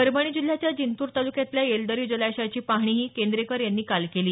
परभणी जिल्ह्याच्या जिंतूर तालुक्यातल्या येलदरी जलाशयाची पाहणीही केंद्रेकर यांनी काल केली